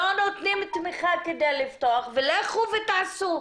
ולא נותנים תמיכה כדי לפתוח - ולכו ותעשו.